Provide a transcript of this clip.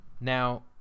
Now